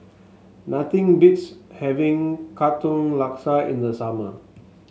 nothing beats having Katong Laksa in the summer